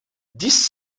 dix